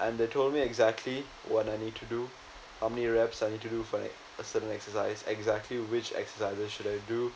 and they told me exactly what I need to do how many reps I need to do for like a certain exercise exactly which exercises should I do